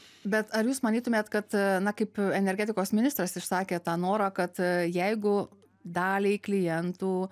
bet ar jūs manytumėt kad na kaip energetikos ministras išsakė tą norą kad jeigu daliai klientų